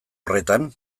horretan